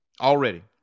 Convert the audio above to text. Already